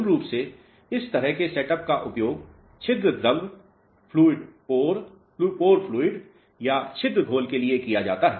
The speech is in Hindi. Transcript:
मूल रूप से इस तरह के सेटअप का उपयोग छिद्र द्रव या छिद्र घोल के लिए किया जाता है